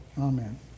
Amen